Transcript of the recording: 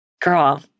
girl